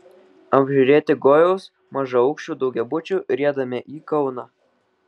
apžiūrėti gojaus mažaaukščių daugiabučių riedame į kauną